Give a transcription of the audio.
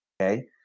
Okay